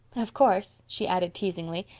of course, she added teasingly,